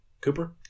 Cooper